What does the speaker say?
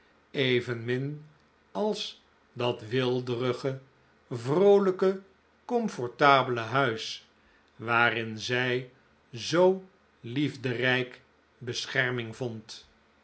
evenmin als dat weelderige vroolijke comfortabele huis waarin zij zoo liefderijk bescherming vond